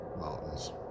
Mountains